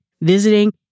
visiting